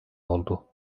oldu